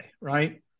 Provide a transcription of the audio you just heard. right